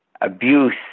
abuse